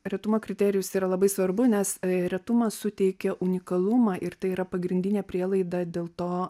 retumo kriterijus yra labai svarbu nes retumas suteikia unikalumą ir tai yra pagrindinė prielaida dėl to